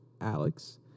Alex